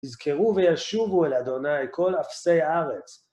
יזכרו וישובו אל ה' כל אפסי הארץ.